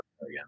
again